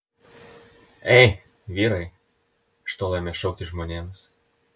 ei vyrai iš tolo ėmė šaukti žmonėms